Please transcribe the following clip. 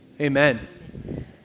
amen